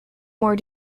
more